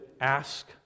ask